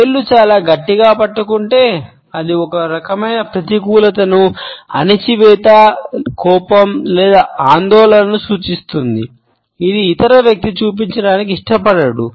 వేళ్లు చాలా గట్టిగా పట్టుకుంటే అది ఒక రకమైన ప్రతికూలతను అణచివేసిన కోపం లేదా ఆందోళనను సూచిస్తుంది ఇది ఇతర వ్యక్తి చూపించడానికి ఇష్టపడడు